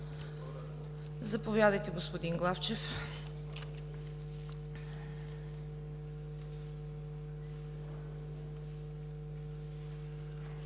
Заповядайте, господин Главчев.